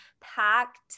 Packed